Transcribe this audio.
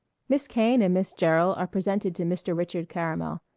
miss kane and miss jerryl are presented to mr. richard caramel.